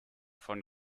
von